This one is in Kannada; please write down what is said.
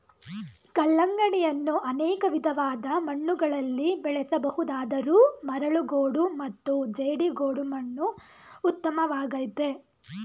ಕಲ್ಲಂಗಡಿಯನ್ನು ಅನೇಕ ವಿಧವಾದ ಮಣ್ಣುಗಳಲ್ಲಿ ಬೆಳೆಸ ಬಹುದಾದರೂ ಮರಳುಗೋಡು ಮತ್ತು ಜೇಡಿಗೋಡು ಮಣ್ಣು ಉತ್ತಮವಾಗಯ್ತೆ